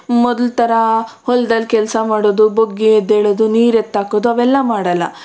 ಮೊದಲ ಥರ ಹೊಲ್ದಲ್ಲಿ ಕೆಲಸ ಮಾಡೋದು ಬಗ್ಗಿ ಎದ್ದೇಳೋದು ನೀರು ಎತ್ತಾಕೋದು ಅವೆಲ್ಲ ಮಾಡಲ್ಲ